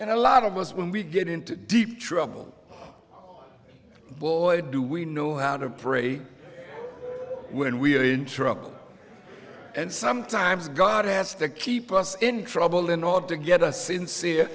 and a lot of us when we get into deep trouble boy do we know how to pray when we are in trouble and sometimes god has to keep us in trouble in order to get a sincere